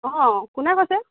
অঁ কোনে কৈছে